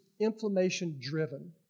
inflammation-driven